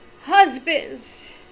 Husbands